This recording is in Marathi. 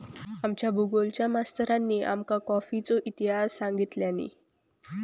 आमच्या भुगोलच्या मास्तरानी आमका कॉफीचो इतिहास सांगितल्यानी